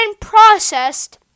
processed